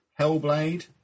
Hellblade